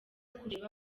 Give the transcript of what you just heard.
kureba